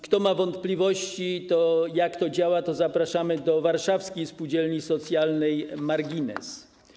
Kto ma wątpliwości, jak to działa, to zapraszamy do warszawskiej Spółdzielni Socjalnej Margines.